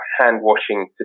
hand-washing